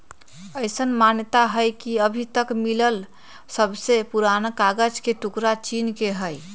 अईसन मानता हई कि अभी तक मिलल सबसे पुरान कागज के टुकरा चीन के हई